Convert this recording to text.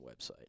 website